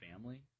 Family